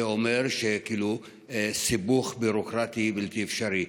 זה אומר סיבוך ביורוקרטי בלתי אפשרי.